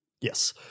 Yes